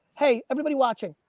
hey, everybody watching,